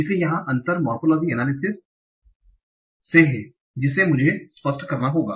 इसलिए यहाँ अंतर मोरफोलोजी एनालिसिस morphology analysis आकृति विज्ञान विश्लेषण से है जिसे मुझे भी स्पष्ट करना होगा